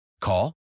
Call